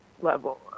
level